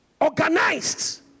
Organized